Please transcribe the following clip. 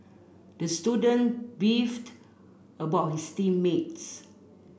the student beefed about his team mates